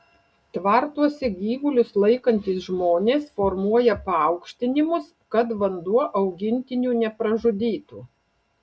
tvartuose gyvulius laikantys žmonės formuoja paaukštinimus kad vanduo augintinių nepražudytų